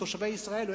תושבי ישראל או